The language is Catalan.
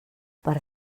per